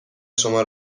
شما